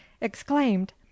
exclaimed